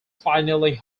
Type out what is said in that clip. finally